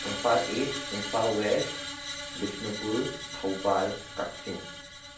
Imphal is Imphal west Bishnupur ꯊꯧꯕꯥꯜ ꯀꯛꯆꯤꯡ